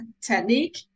technique